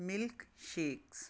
milk shakes